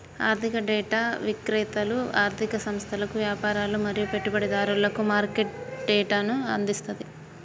ఆర్థిక డేటా విక్రేతలు ఆర్ధిక సంస్థలకు, వ్యాపారులు మరియు పెట్టుబడిదారులకు మార్కెట్ డేటాను అందిస్తది